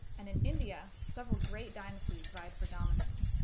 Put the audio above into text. and in india several great dynasties vied for dominance,